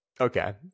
okay